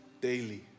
daily